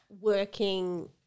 working